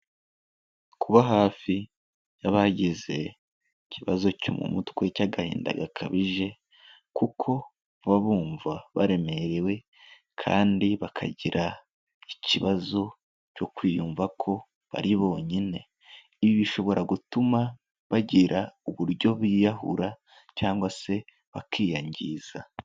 Kuba hafi y'abagize ikibazo cyo mu mutwe cy'agahinda gakabije, kuko baba bumva baremerewe kandi bakagira ikibazo cyo kwiyumva ko bari bonyine, ibi bishobora gutuma bagira uburyo biyahura cyangwa se bakiyangiza.